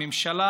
הממשלה,